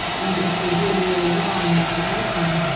and if they're doing really well on the intervention,